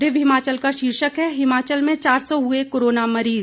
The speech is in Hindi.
दिव्य हिमाचल का शीर्षक है हिमाचल में चार सौ हुए कोरोना मरीज